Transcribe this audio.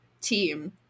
team